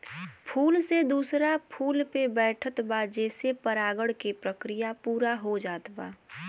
फूल से दूसरा फूल पे बैठत बा जेसे परागण के प्रक्रिया पूरा हो जात बा